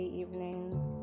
evenings